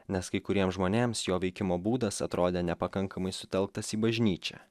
nes kai kuriems žmonėms jo veikimo būdas atrodė nepakankamai sutelktas į bažnyčią